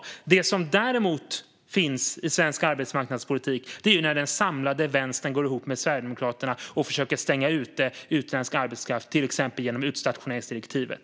Något som däremot är ett faktum inom svensk arbetsmarknadspolitik är att den samlade vänstern går ihop med Sverigedemokraterna och försöker stänga ute utländsk arbetskraft. Det sker till exempel genom utstationeringsdirektivet.